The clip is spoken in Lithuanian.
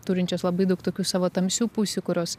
turinčios labai daug tokių savo tamsių pusių kurios